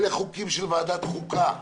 אלה חוקים של ועדת חוקה.